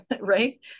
right